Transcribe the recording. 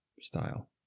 style